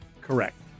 Correct